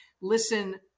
listen